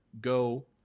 go